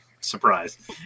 surprise